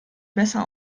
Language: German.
besser